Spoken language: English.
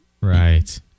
right